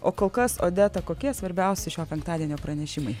o kol kas odeta kokie svarbiausi šio penktadienio pranešimai